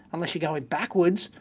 unless you're going backwards,